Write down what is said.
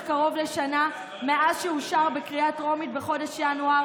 קרוב לשנה מאז שאושר בקריאה טרומית בחודש ינואר,